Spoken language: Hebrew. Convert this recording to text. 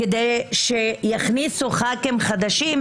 כדי שיכניסו חברי כנסת חדשים,